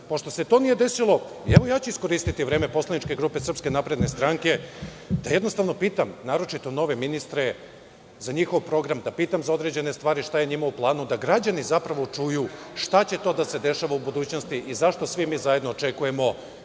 Pošto se to nije desilo, evo ja ću iskoristiti vreme poslaničke grupe SNS da pitam naročito nove ministre za njihov program, da pitam za određene stvari šta je njima u planu, da građani zapravo čuju šta će to da se dešava u budućnosti i zašto mi svi zajedno očekujemo